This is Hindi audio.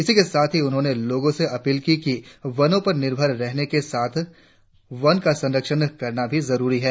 इसी के साथ उन्होंने लोगो से अपील की कि वनों पर निर्भर रहने के साथ वन का संरक्षण करना भी जरुरी है